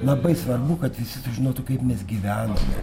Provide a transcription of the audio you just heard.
labai svarbu kad visi sužinotų kaip mes gyvenome